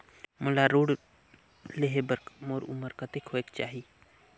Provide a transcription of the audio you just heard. मोला ऋण लेहे बार मोर उमर कतेक होवेक चाही?